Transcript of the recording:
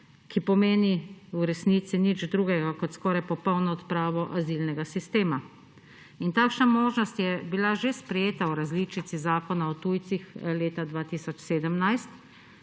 ki pomeni v resnici nič drugega kot skoraj popolno odpravo azilnega sistema. Takšna možnost je bila že sprejeta v različici Zakona o tujcih leta 2017,